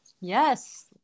Yes